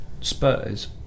Spurs